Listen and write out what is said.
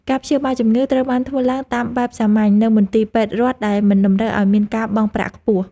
ការព្យាបាលជំងឺត្រូវបានធ្វើឡើងតាមបែបសាមញ្ញនៅមន្ទីរពេទ្យរដ្ឋដែលមិនតម្រូវឱ្យមានការបង់ប្រាក់ខ្ពស់។